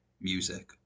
music